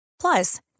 Plus